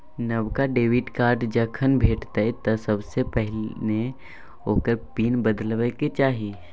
नबका debit card जखन भेटय तँ सबसे पहिने ओकर पिन बदलबाक चाही